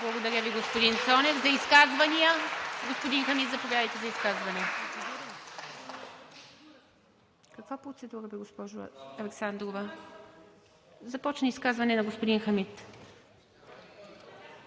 Благодаря Ви, господин Цонев. За изказвания? Господин Хамид, заповядайте за изказване. (Реплики.) Каква процедура, госпожо Александрова? Започна изказване на господин Хамид.